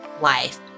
life